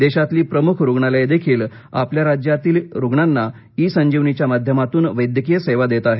देशातली प्रमुख रुग्णालयंदेखील आपल्या राज्यातील रुग्णांना इ संजीवनीच्या माध्यमातून वस्क्रीय सेवा देत आहेत